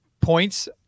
points